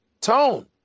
Tone